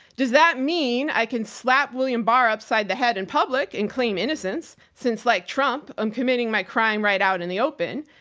does that mean i can slap william barr upside the head in public and claim innocence since like trump, i'm committing my crime right out in the open.